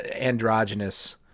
Androgynous